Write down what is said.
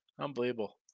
Unbelievable